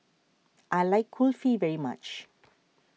I like Kulfi very much